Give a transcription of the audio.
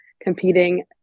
competing